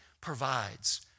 provides